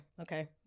okay